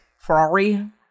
Ferrari